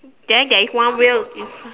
then there is one wheel is